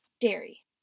dairy